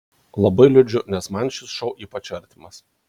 labai liūdžiu nes man šis šou ypač artimas